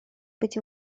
быть